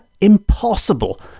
impossible